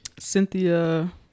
Cynthia